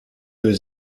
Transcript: was